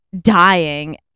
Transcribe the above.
dying